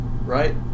right